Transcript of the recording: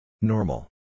Normal